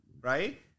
right